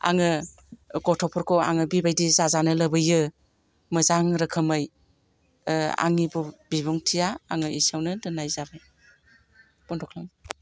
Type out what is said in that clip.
आङो गथ'फोरखौ आङो बिबायदि जाजानो लुबैयो मोजां रोखोमै आंनि बिबुंथिया आङो इसेयाव दोननाय जाबाय बन्द खालाम